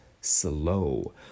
slow